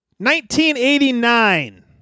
1989